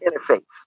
interface